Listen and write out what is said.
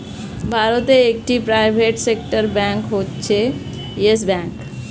ভারতে একটি private sector bank হচ্ছে ইয়েস ব্যাঙ্ক